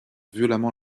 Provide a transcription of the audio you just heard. violemment